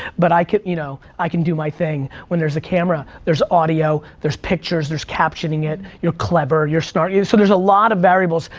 but i can you know i can do my thing when there's a camera. there's audio, there's pictures, there's captioning it. you're clever, you're smart. so there's a lot of variables.